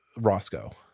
Roscoe